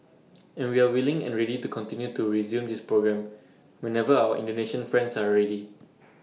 and we are willing and ready to continue to resume this programme whenever our Indonesian friends are ready